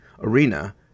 arena